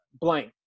blank